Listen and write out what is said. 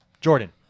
Jordan